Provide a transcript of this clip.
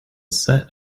set